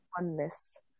oneness